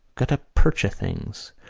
guttapercha things.